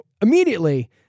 immediately